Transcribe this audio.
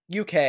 UK